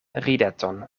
rideton